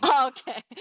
Okay